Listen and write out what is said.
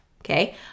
Okay